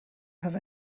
have